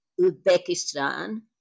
Uzbekistan